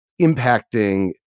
impacting